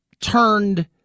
turned